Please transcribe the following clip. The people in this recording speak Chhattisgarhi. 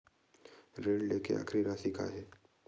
ऋण लेके आखिरी राशि का हे?